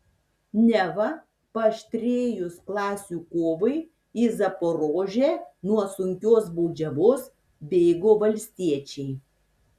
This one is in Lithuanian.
neva paaštrėjus klasių kovai į zaporožę nuo sunkios baudžiavos bėgo valstiečiai